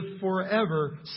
forever